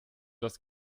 das